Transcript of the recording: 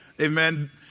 Amen